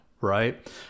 right